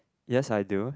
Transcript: yes I do